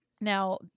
Now